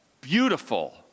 beautiful